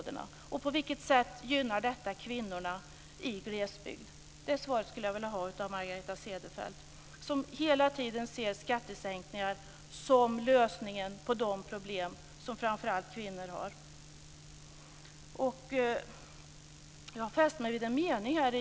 De är positiva eftersom de ger arbetstagarna möjlighet att ta del av företagets vinster och framgång. Att företaget går bra är för att medarbetarna är duktiga och kompetenta.